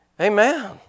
Amen